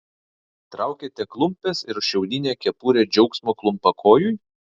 traukiate klumpes ir šiaudinę kepurę džiaugsmo klumpakojui